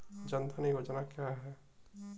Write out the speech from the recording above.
जनधन योजना क्या है?